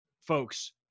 folks